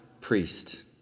priest